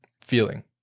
feeling